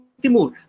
Timur